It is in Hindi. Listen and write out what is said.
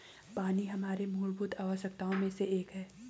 पानी हमारे मूलभूत आवश्यकताओं में से एक है